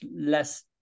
less